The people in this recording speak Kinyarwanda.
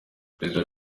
perezida